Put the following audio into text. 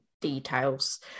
details